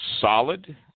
solid